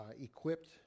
equipped